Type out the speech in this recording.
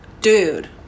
Dude